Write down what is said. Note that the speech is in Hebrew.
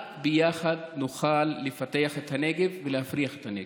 רק ביחד נוכל לפתח את הנגב ולהפריח את הנגב.